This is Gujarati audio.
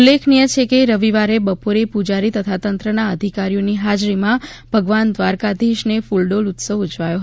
ઉલ્લેખનીય છે કે રવિવારે બપોરે પૂજારી તથા તંત્રના અધિકારીઓની હાજરીમાં ભગવાન દ્વારકાધીશને ફ્રલદોલોત્સવ ઉજવાયો હતો